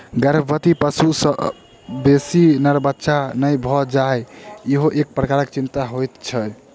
गर्भवती पशु सॅ बेसी नर बच्चा नै भ जाय ईहो एक प्रकारक चिंता होइत छै